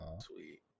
Sweet